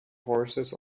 horses